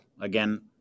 again